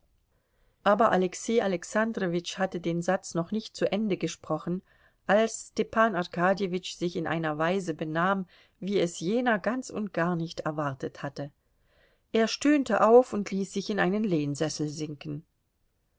aber alexei alexandrowitsch hatte den satz noch nicht zu ende gesprochen als stepan arkadjewitsch sich in einer weise benahm wie es jener ganz und gar nicht erwartet hatte er stöhnte auf und ließ sich in einen lehnsessel sinken